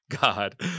God